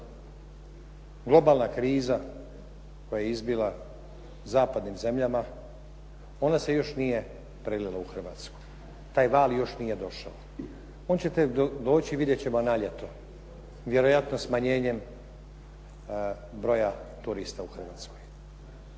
globalna kriza koja je izbila u zapadnim zemljama ona se još nije prelila u Hrvatsku, taj val još nije došao. On će tek doći. Vidjet ćemo na ljeto vjerojatno smanjenjem broja turista u Hrvatskoj.